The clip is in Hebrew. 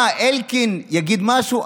מה, אלקין יגיד משהו?